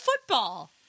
football